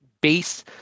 base